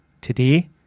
today